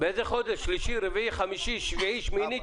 התכנון באותו הלול או בלול אחר שעד המועד הקובע יוצרה בו כדין,